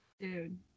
Dude